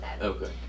Okay